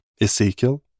Ezekiel